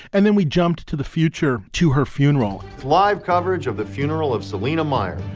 and then we jumped to the future to her funeral live coverage of the funeral of selina meyer,